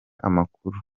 amakuru